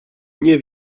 nie